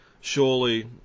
surely